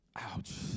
Ouch